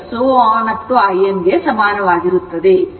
in ಗೆ ಸಮಾನವಾಗಿರುತ್ತದೆ